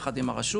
יחד עם הרשות.